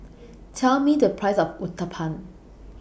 Tell Me The Price of Uthapam